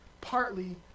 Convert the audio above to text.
partly